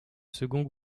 second